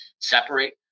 separate